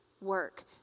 work